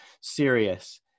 serious